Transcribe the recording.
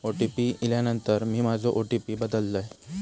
OTP इल्यानंतर मी माझो ओ.टी.पी बदललय